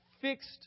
fixed